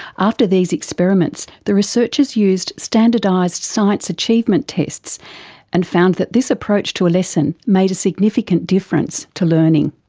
after these experiments, the researchers used standardised science achievement tests and found that this approach to a lesson made a significant difference to learning.